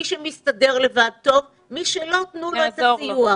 מי שמסתדר לבד טוב, מי שלא תנו לו את הסיוע.